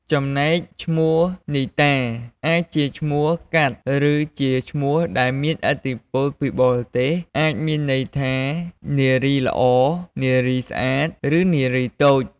ចំណែកឈ្មោះនីតា អាចជាឈ្មោះកាត់ ឬជាឈ្មោះដែលមានឥទ្ធិពលពីបរទេស អាចមានអត្ថន័យថា នារីល្អ នារីស្អាត ឬ នារីតូច។